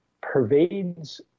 pervades